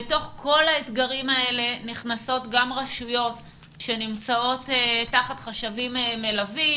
בתוך כל האתגרים האלה נכנסות גם רשויות שנמצאות תחת חשבים מלווים,